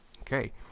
Okay